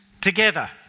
together